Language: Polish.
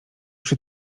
przy